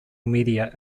media